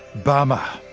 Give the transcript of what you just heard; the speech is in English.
bummer!